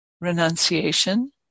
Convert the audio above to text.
renunciation